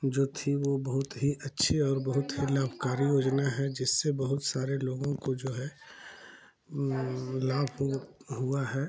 जो थी वह बहुत ही अच्छी और बहुत ही लाभकारी योजना है जिससे बहुत सारे लोगों को जो है लाभ हो हुआ है